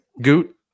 Goot